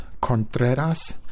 Contreras